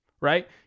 right